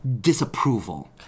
disapproval